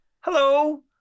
hello